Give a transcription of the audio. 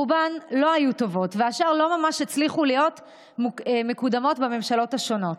רובן לא היו טובות והשאר לא ממש הצליחו להיות מקודמות בממשלות השונות.